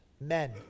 men